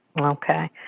Okay